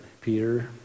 Peter